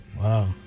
Wow